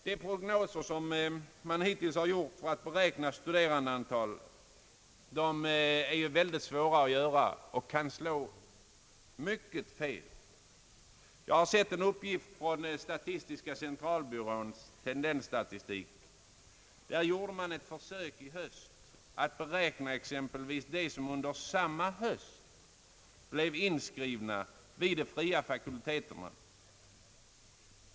Det är ju utomordentligt svårt att beräkna antalet studerande, och de prognoser som hittills gjorts har slagit fel i hög grad. Jag har sett en uppgift från statistiska centralbyråns tendensstatistik. Där gjorde man i höstas ett försök att beräkna antalet studenter, som under samma höst blev inskrivna vid de fria fakulteterna.